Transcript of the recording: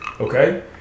Okay